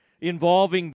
involving